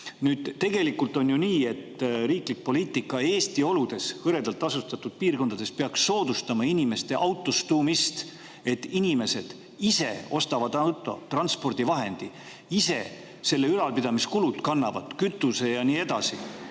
ole. Tegelikult on ju nii, et riiklik poliitika Eesti oludes, hõredalt asustatud piirkondades peaks soodustama inimeste autostumist, et inimesed ise ostavad auto, transpordivahendi, kannavad ise selle ülalpidamiskulud, kütuse ja nii edasi.